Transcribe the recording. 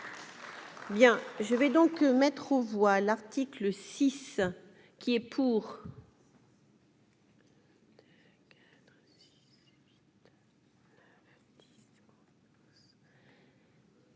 Bien, je vais donc mettre aux voix l'article 6 qui est pour.